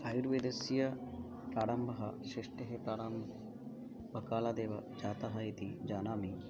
आयुर्वेदस्य प्रारम्भः श्रेष्ठं कारम् बहुकालादेव जातः इति जानामि